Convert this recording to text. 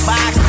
Box